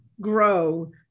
grow